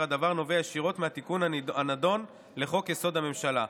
הדבר נובע ישירות מהתיקון הנדון לחוק-יסוד: הממשלה.